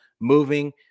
moving